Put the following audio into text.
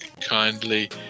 kindly